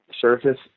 surface